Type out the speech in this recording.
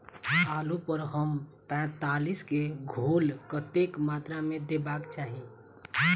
आलु पर एम पैंतालीस केँ घोल कतेक मात्रा मे देबाक चाहि?